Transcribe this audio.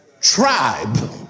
tribe